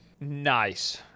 Nice